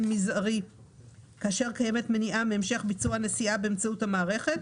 מזערי כאשר קיימת מניעה מהמשך ביצוע הנסיעה באמצעות המערכת,